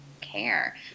care